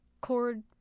chord